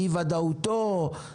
מאי-ודאותו,